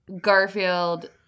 Garfield